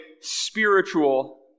spiritual